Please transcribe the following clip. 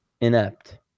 inept